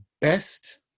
best